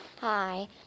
Hi